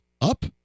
up